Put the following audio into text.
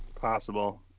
Possible